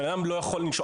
בן אדם לא יכול לנשום.